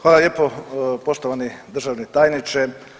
Hvala lijepo poštovani državni tajniče.